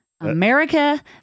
America